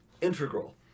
integral